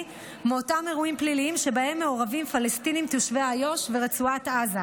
מאותם אירועים פליליים שבהם מעורבים פלסטינים תושבי איו"ש ורצועת עזה,